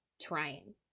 trying